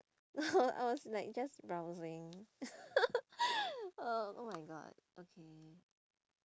no I was like just browsing oh oh my god okay